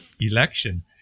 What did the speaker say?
Election